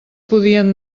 podien